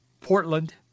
Portland